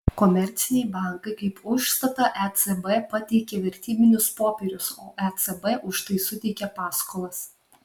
komerciniai bankai kaip užstatą ecb pateikia vertybinius popierius o ecb už tai suteikia paskolas